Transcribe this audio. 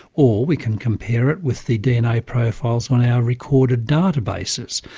or we can compare it with the dna profiles on our recorded databases.